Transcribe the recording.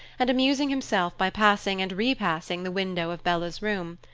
and amusing himself by passing and repassing the window of bella's room,